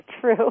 true